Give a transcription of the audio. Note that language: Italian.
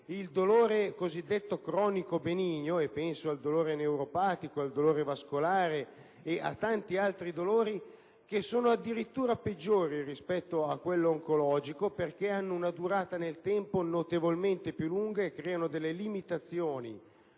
il dolore cosiddetto cronico-benigno: penso al dolore neuropatico, al dolore vascolare e a tanti altri dolori che sono addirittura peggiori rispetto a quello oncologico, avendo una durata nel tempo notevolmente più lunga e creando limitazioni